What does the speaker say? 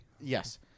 Yes